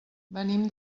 venim